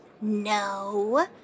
No